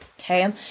okay